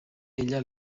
ella